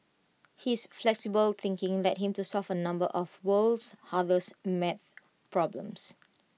his flexible thinking led him to solve A number of world's hardest math problems